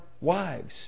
wives